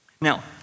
Now